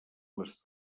les